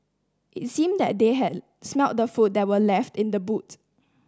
it seemed that they had smelt the food that were left in the boot